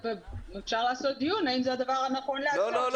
אפשר לעשות דיון האם זה הדבר הנכון לעשות.